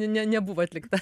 ne nebuvo atlikta